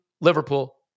Liverpool